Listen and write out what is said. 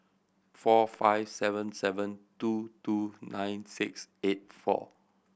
four five seven seven two two nine six eight four